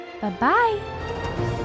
Bye-bye